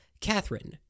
Catherine